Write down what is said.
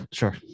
sure